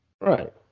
Right